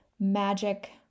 magic